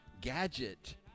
gadget